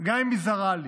גם אם היא זרה לי.